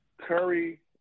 Curry